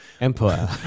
Empire